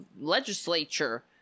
legislature